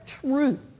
truth